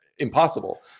impossible